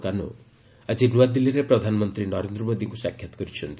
କାନୋ ଆଜି ନୂଆଦିଲ୍ଲୀରେ ପ୍ରଧାନମନ୍ତ୍ରୀ ନରେନ୍ଦ୍ର ମୋଦିଙ୍କୁ ସାକ୍ଷାତ କରିଛନ୍ତି